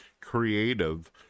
creative